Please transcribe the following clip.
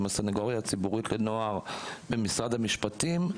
הסניגוריה הציבורית לנוער במשרד המשפטים,